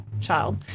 child